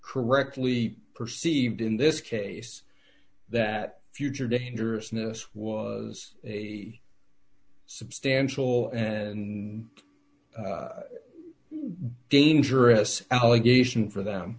correctly perceived in this case that future dangerousness was a substantial and dangerous allegation for them